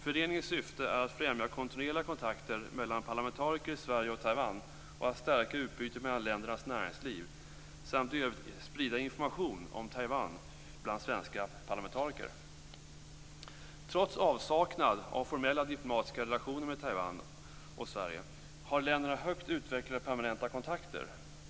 Föreningens syfte är att främja kontinuerliga kontakter mellan parlamentariker i Sverige och i Taiwan och att stärka utbytet mellan ländernas näringsliv samt att i övrigt sprida information om Taiwan bland svenska parlamentariker. Trots avsaknad av formella diplomatiska relationer mellan Taiwan och Sverige har länderna högt utvecklade permanenta kontakter.